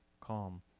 calm